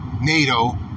NATO